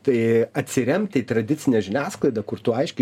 tai atsiremti į tradicinę žiniasklaidą kur tu aiškiai